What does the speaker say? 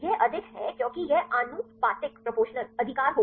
यह अधिक है क्योंकि यह आनुपातिक अधिकार होगा